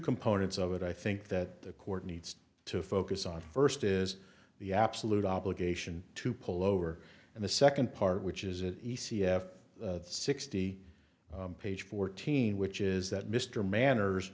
components of it i think that the court needs to focus on first is the absolute obligation to pull over and the second part which is it e c f sixty page fourteen which is that mr manners